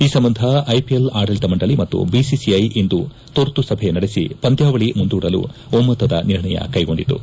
ಈ ಸಂಬಂಧ ಐಪಿಎಲ್ ಆಡಳಿತ ಮಂಡಳಿ ಮತ್ತು ಬಿಸಿಸಿಐ ಇಂದು ತುರ್ತು ಸಭೆ ನಡೆಸಿ ಪಂದ್ಯಾವಳಿ ಮುಂದೂಡಲು ಒಮ್ಮತದ ನಿರ್ಣಯ ಕೈಗೊಂಡಿತು